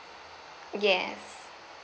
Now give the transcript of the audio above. yes